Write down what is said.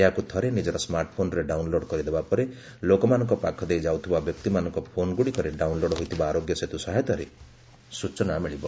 ଏହାକୁ ଥରେ ନିଜର ସ୍କାର୍ଟ୍ ଫୋନ୍ରେ ଡାଉନ୍ଲୋଡ୍ କରିଦେବା ପରେ ଲୋକମାନଙ୍କ ପାଖ ଦେଇ ଯାଉଥିବା ବ୍ୟକ୍ତିମାନଙ୍କ ଫୋନ୍ଗୁଡ଼ିକରେ ଡାଉନ୍ଲୋଡ୍ ହୋଇଥିବା ଆରୋଗ୍ୟ ସେତୁ ସହାୟତାରେ ସ୍ଟଚନା ମିଳିବ